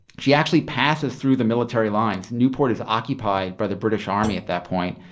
she actually passes through the military lines. newport is occupied by the british army at that point,